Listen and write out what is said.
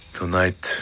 tonight